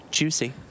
Juicy